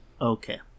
Okay